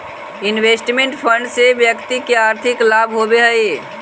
investment fund से व्यक्ति के आर्थिक लाभ होवऽ हई